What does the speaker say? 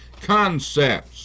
concepts